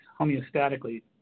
homeostatically